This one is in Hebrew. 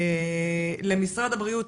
למשרד הבריאות,